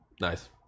Nice